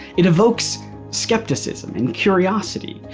it evokes skepticism and curiosity.